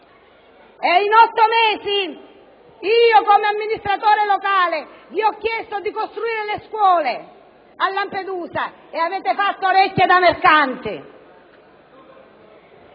Per otto mesi in qualità di amministratore locale vi ho chiesto di costruire le scuole a Lampedusa e avete fatto orecchie da mercante.